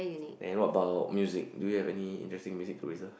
and what about music do you have any interesting music to preserve